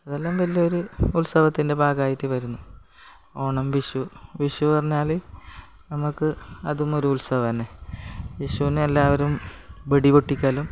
അതെല്ലാം വലിയൊരു ഉത്സവത്തിൻ്റെ ഭാഗമായിട്ടു വരുന്നു ഓണം വിഷു വിഷു പറഞ്ഞാൽ നമുക്ക് അതും ഒരു ഉത്സവം തന്നെ വിഷുവിന് എല്ലാവരും വെടി പൊട്ടിക്കലും